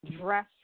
dress